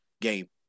game